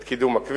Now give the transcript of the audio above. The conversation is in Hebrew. את קידום הכביש,